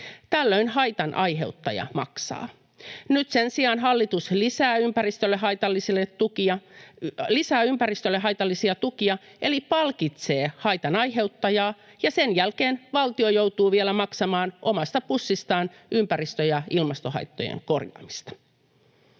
Tällöin haitan aiheuttaja maksaa. Nyt sen sijaan hallitus lisää ympäristölle haitallisia tukia eli palkitsee haitan aiheuttajaa, ja sen jälkeen valtio joutuu vielä maksamaan omasta pussistaan ympäristö- ja ilmastohaittojen korjaamista.